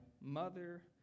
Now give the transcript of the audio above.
mother